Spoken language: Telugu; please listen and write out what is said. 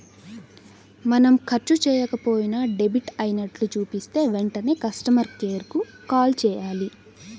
మనం ఖర్చు చెయ్యకపోయినా డెబిట్ అయినట్లు చూపిస్తే వెంటనే కస్టమర్ కేర్ కు కాల్ చేయాలి